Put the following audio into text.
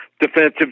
defensive